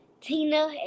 Tina